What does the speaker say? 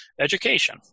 education